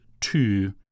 two